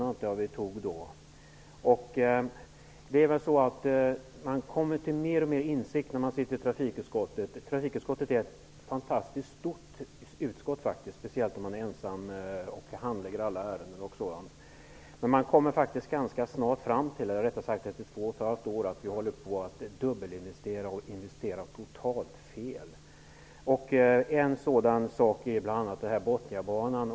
När man sitter i trafikutskottet kommer man mer och mer till insikt om att trafikutskottet är ett fantastiskt stort utskott, speciellt om man är ensam för sitt parti att handlägga alla ärenden. Men ganska snart kommer man fram till att vi håller på att dubbelinvestera och investera totalt fel. En sådan investering är t.ex. Bothniabanan.